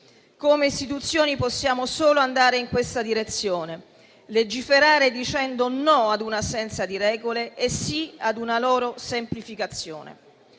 Come istituzioni possiamo solo andare in questa direzione: legiferare dicendo "no" ad un'assenza di regole e "sì" ad una loro semplificazione.